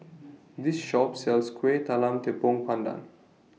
This Shop sells Kuih Talam Tepong Pandan